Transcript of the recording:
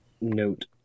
note